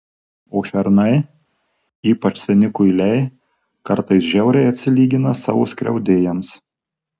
o šernai ypač seni kuiliai kartais žiauriai atsilygina savo skriaudėjams